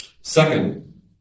Second